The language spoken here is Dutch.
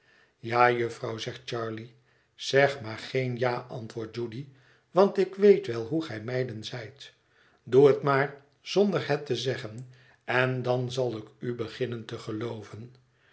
ja jufvrouw zegt charley zeg maar geen ja antwoordt judy want ik weet wel hoe gij meiden zijt doe het maar zonder het te zeggen en dan zal ik u beginnen te gelooven